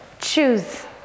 Choose